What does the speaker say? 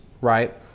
right